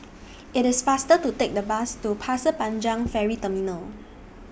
IT IS faster to Take The Bus to Pasir Panjang Ferry Terminal